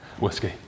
Whiskey